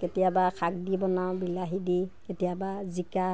কেতিয়াবা শাক দি বনাওঁ বিলাহী দি কেতিয়াবা জিকা